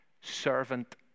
servant